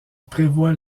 prévoit